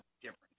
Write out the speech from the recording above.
difference